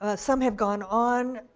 ah some have gone on,